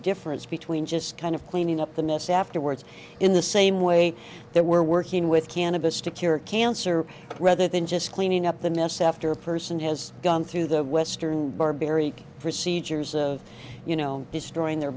difference between just kind of cleaning up the mess afterwards in the same way they were working with cannabis to cure cancer rather than just cleaning up the mess after a person has gone through the western barbaric procedures of you know destroying their